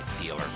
dealer